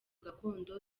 gakondo